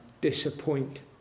disappoint